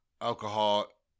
alcohol